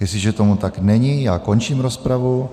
Jestliže tomu tak není, končím rozpravu.